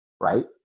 Right